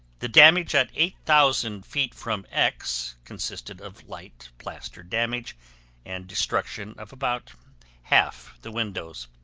the damage at eight thousand feet from x consisted of light plaster damage and destruction of about half the windows.